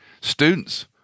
students